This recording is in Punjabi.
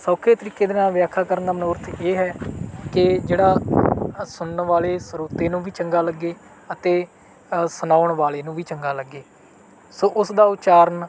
ਸੌਖੇ ਤਰੀਕੇ ਦੇ ਨਾਲ ਵਿਆਖਿਆ ਕਰਨ ਦਾ ਮਨੋਰਥ ਇਹ ਹੈ ਕਿ ਜਿਹੜਾ ਸੁਣਨ ਵਾਲੇ ਸਰੋਤੇ ਨੂੰ ਵੀ ਚੰਗਾ ਲੱਗੇ ਅਤੇ ਸੁਣਾਉਣ ਵਾਲੇ ਨੂੰ ਵੀ ਚੰਗਾ ਲੱਗੇ ਸੋ ਉਸਦਾ ਉਚਾਰਨ